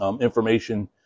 information